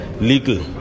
legal